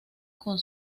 con